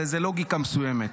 על איזה לוגיקה מסוימת,